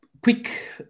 Quick